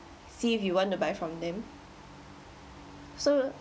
see if you want to buy from them so